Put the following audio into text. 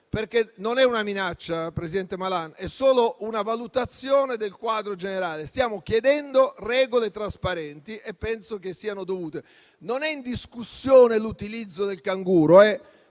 Malan, ma solo una valutazione del quadro generale. Stiamo chiedendo regole trasparenti e penso che siano dovute. Non è in discussione l'utilizzo del canguro,